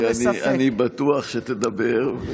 אני אומר "לא אולי" כי אני בטוח שתדבר,